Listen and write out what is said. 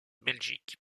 belgique